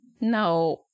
No